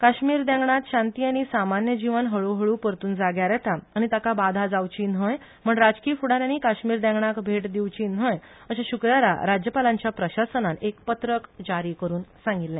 काश्मीर देगणांत शांती आनी सामान्य जिवन हळ् हळ् परतुन जाग्यार येता आनी ताका बाधा जावची न्हय म्हणुन राजकी फुडाऱ्यानी काश्मीर देगणाक भेट दिवची न्हय अशें शुक्रारा राज्यपालांच्या प्रशासनान एक पत्रक जारी करुन सांगील्ले